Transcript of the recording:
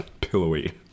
Pillowy